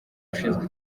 ushinzwe